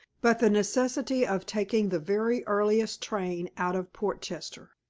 but the necessity of taking the very earliest train out of portchester.